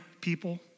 people